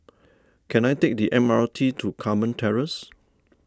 can I take the M R T to Carmen Terrace